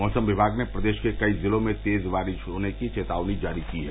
मौसम विभाग ने प्रदेष के कई जिलों में तेज बारिष होने की चेतावनी जारी की है